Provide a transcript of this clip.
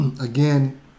Again